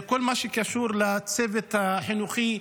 כל מה שקשור לצוות החינוכי,